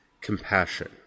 compassion